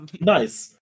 Nice